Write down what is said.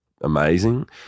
amazing